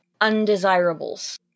undesirables